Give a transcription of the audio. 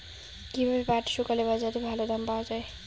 কীভাবে পাট শুকোলে বাজারে ভালো দাম পাওয়া য়ায়?